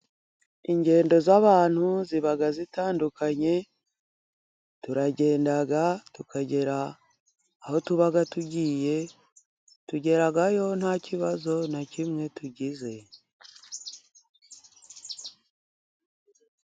Ingendo z'abantu ziba zitandukanye, turagenda tukagera aho tuba tugiye, tugerayo nta kibazo na kimwe tugize.